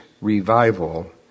revival